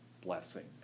blessing